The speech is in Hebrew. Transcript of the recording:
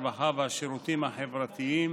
הרווחה והשירותים החברתיים